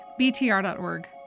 BTR.org